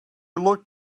look